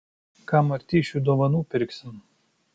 ką martyšiui dovanų pirksim